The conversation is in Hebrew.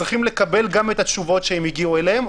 צריכים לקבל גם את התשובות שהם הגיעו אליהן,